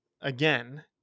again